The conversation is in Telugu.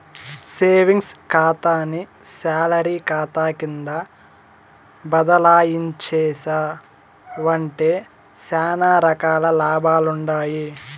సేవింగ్స్ కాతాని సాలరీ కాతా కింద బదలాయించేశావంటే సానా రకాల లాభాలుండాయి